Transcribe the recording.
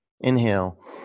inhale